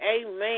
Amen